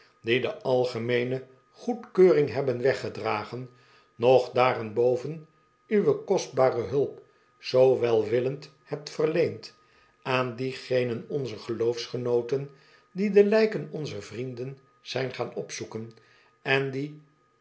die de algemeene goedkeuring hebben weggedragen nog daarenboven uwe kostbare hulp zoo welwillend hebt verleend aan diegenen onzer geloofsgenooten die de lijken onzer vrienden zijn gaan opzoeken en die